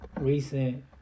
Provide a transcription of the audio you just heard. Recent